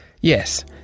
yes